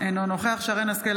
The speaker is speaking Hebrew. אינו נוכח שרן מרים השכל,